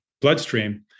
bloodstream